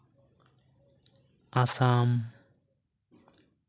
Assam